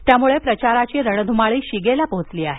त्यामुळे प्रचाराची रणधुमाळी शिगेला पोहोचली आहे